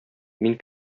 мин